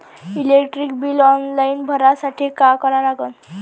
Electric bill online भरासाठी का करा लागन?